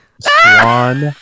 swan